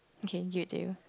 okay you do